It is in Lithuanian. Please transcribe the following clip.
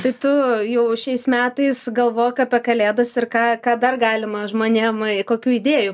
tai tu jau šiais metais galvok apie kalėdas ir ką ką dar galima žmonėm kokių idėjų